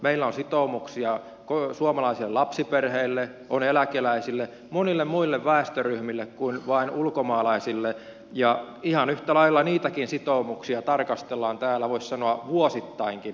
meillä on sitoumuksia suomalaisille lapsiperheille on eläkeläisille monille muille väestöryhmille kuin vain ulkomaalaisille ja ihan yhtä lailla niitäkin sitoumuksia tarkastellaan täällä voisi sanoa vuosittainkin